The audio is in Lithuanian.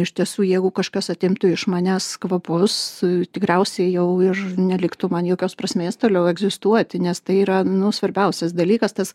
iš tiesų jeigu kažkas atimtų iš manęs kvapus tikriausiai jau ir neliktų man jokios prasmės toliau egzistuoti nes tai yra nu svarbiausias dalykas tas